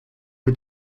mit